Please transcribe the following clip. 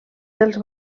dels